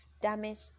damaged